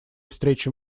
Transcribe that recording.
встречи